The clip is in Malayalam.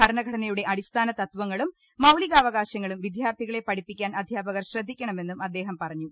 ഭരണഘടനയുടെ അടിസ്ഥാനതത്വങ്ങളും മൌലി കാവകാശങ്ങളും വിദ്യാർത്ഥികളെ പഠിപ്പിക്കാൻ അധ്യാപകർ ശ്രദ്ധിക്ക ണമെന്നും അദ്ദേഹം പറഞ്ഞു